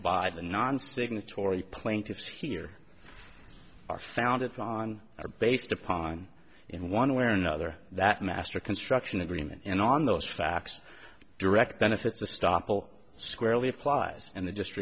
by the non signatory plaintiffs here are founded on or based upon in one way or another that master construction agreement and on those facts direct benefits the stoppel squarely applies and the